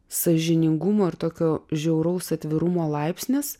sąžiningumo ir tokio žiauraus atvirumo laipsnis